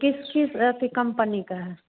किस किस अथि कंपनी का है